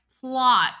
plot